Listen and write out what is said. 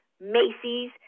Macy's